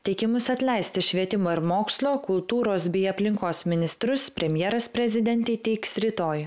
teikimus atleisti švietimo ir mokslo kultūros bei aplinkos ministrus premjeras prezidentei teiks rytoj